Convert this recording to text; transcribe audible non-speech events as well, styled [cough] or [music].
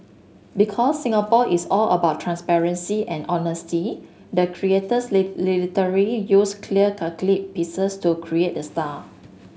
because Singapore is all about transparency and honesty the creators [unintelligible] literally used clear [unintelligible] pieces to create the star